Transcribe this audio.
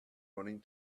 running